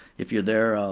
if you're there,